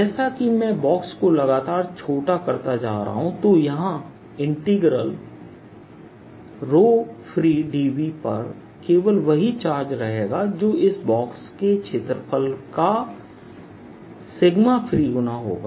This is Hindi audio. जैसा कि मैं बॉक्स को लगातार छोटा करता जा रहा हूं तो यहां free d पर केवल वही चार्ज रहेगा जो इस बॉक्स के क्षेत्रफल का freeगुना होगा